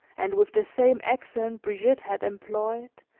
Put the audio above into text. and with the same accent brigitte had employed,